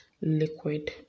liquid